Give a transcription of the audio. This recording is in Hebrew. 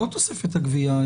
לא תוספת הגבייה,